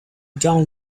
down